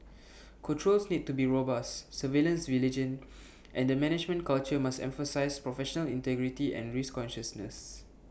controls need to be robust surveillance vigilant and the management culture must emphasise professional integrity and risk consciousness